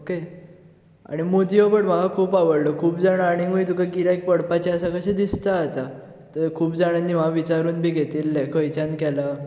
okay आनी मुदयो पूण म्हाका खूब आवडल्यो खूब जाणां आनिकूय तुका गिरायक पडपाचें आसा कशें दिसता आतां खूब जाणांनी म्हाका विचारून बी घेतिल्लें खंयच्यान केला